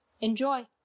Enjoy